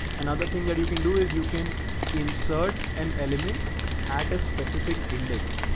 another thing that you can do is you can insert an element at a specific index.